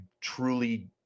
truly